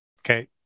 Okay